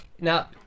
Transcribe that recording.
Now